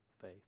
faith